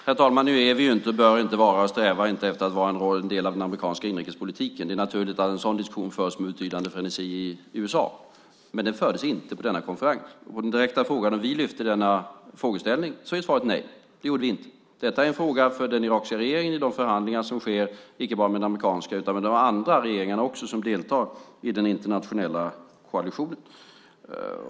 Herr talman! Nu är vi inte och bör inte sträva efter att vara en del i den amerikanska inrikespolitiken. Det är naturligt att en sådan diskussion förs med betydande frenesi i USA, men den fördes inte på denna konferens. På den direkta frågan om vi tog upp denna frågeställning är svaret nej, det gjorde vi inte. Detta är en fråga för den irakiska regeringen i de förhandlingar som sker inte bara med den amerikanska utan även med andra regeringar som deltar i den internationella koalitionen.